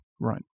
Right